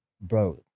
bro